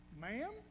Ma'am